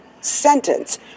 sentence